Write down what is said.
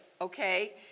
Okay